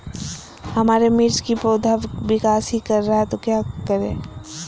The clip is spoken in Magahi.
हमारे मिर्च कि पौधा विकास ही कर रहा है तो क्या करे?